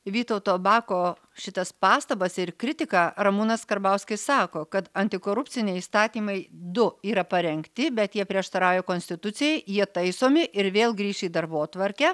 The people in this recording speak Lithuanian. vytauto bako šitas pastabas ir kritiką ramūnas karbauskis sako kad antikorupciniai įstatymai du yra parengti bet jie prieštarauja konstitucijai jie taisomi ir vėl grįš į darbotvarkę